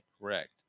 correct